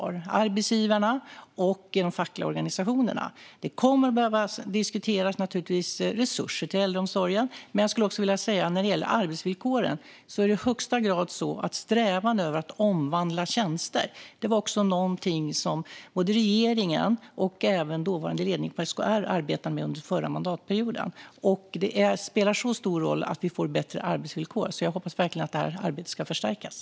Det handlar om arbetsgivarna och de fackliga organisationerna. Man kommer naturligtvis att behöva diskutera resurser till äldreomsorgen, men när det gäller arbetsvillkoren är det i högsta grad så att strävan efter att omvandla tjänster var något som både regeringen och dåvarande ledningen för SKR arbetade med under förra mandatperioden. Det spelar stor roll att vi får bättre arbetsvillkor, så jag hoppas verkligen att det här arbetet ska förstärkas.